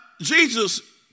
Jesus